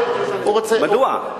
הוא רוצה, מדוע?